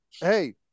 hey